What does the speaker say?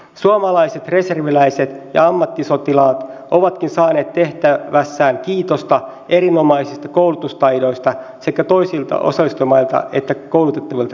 suomalaiset reserviläiset ja ammattisotilaat ovatkin saaneet tehtävässään kiitosta erinomaisista koulutustaidoistaan sekä toisilta osallistujamailta että koulutettavilta joukoilta